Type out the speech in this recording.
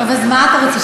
טוב, אז מה אתה רוצה?